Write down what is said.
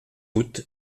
août